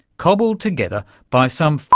cobbled together by some